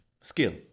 Skill